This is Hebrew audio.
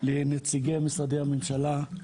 לנציגי משרדי הממשלה,